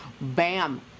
Bam